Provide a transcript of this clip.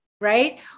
right